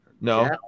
No